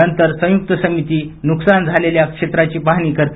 नंतर संयुक्त समिती नुकसान झालेल्या क्षेत्राची पहाणी करते